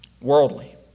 worldly